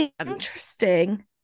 Interesting